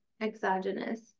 exogenous